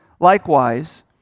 Likewise